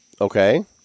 Okay